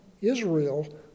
Israel